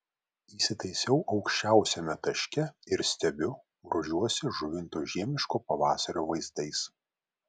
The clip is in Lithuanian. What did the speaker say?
įsitaisau aukščiausiame taške ir stebiu grožiuosi žuvinto žiemiško pavasario vaizdais